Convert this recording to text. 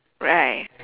right